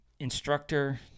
instructor